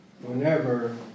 whenever